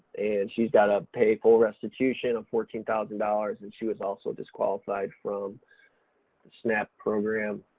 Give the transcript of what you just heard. and she's gotta pay full restitution of fourteen thousand dollars and she was also disqualified from the snap program.